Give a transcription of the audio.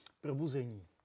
probuzení